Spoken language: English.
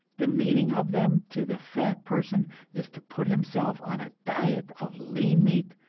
the meaning of them to the fat person is to put himself on a diet of lean meat,